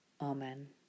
Amen